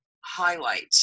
highlight